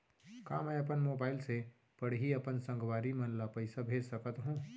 का मैं अपन मोबाइल से पड़ही अपन संगवारी मन ल पइसा भेज सकत हो?